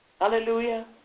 hallelujah